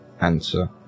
answer